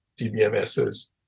DBMSs